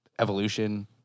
evolution